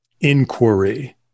inquiry